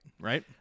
right